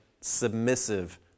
submissive